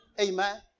Amen